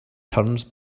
turns